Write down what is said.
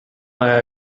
why